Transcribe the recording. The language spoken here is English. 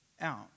out